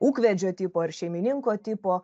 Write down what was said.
ūkvedžio tipo ar šeimininko tipo